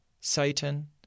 Satan